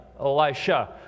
Elijah